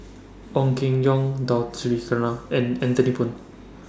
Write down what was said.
Ong Keng Yong Dato Sri Krishna and Anthony Poon